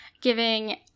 giving